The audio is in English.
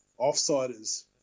offsiders